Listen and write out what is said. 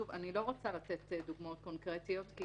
אני לא רוצה לתת דוגמאות קונקרטיות.